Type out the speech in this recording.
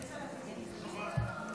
אושרה בקריאה הראשונה